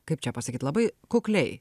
kaip čia pasakyt labai kukliai